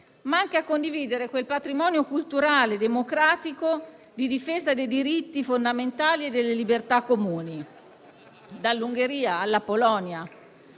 ma anche il patrimonio culturale e democratico di difesa dei diritti fondamentali e delle libertà comuni,